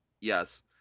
Yes